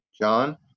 John